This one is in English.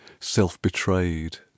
Self-betrayed